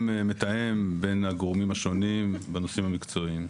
מתאם בין הגורמים השונים בנושאים המקצועיים.